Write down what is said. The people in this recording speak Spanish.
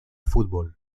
fútbol